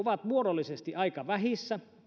ovat muodollisesti aika vähissä